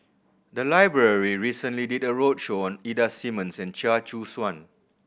the library recently did a roadshow on Ida Simmons and Chia Choo Suan